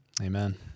Amen